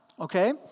okay